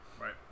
Right